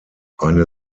eine